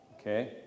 Okay